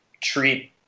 treat